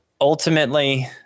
Ultimately